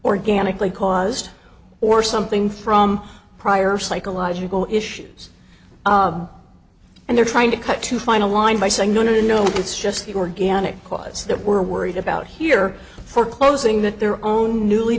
organically caused or something from prior psychological issues and they're trying to cut too fine a line by saying no no no it's just the organic cause that we're worried about here for closing that their own newly